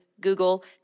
Google